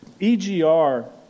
EGR